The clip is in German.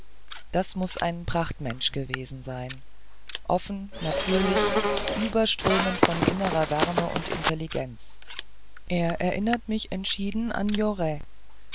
das muß ein prachtmensch gewesen sein offen natürlich überströmend von innerer wärme und intelligenz er erinnert mich entschieden an